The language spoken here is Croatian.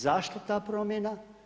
Zašto ta promjena?